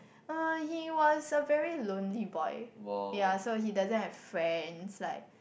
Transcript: uh he was a very lonely boy ya so he doesn't have friends like